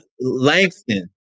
Langston